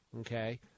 okay